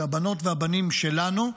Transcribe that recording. זה הבנות והבנים שלנו.